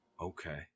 Okay